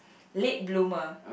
late bloomer